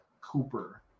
Cooper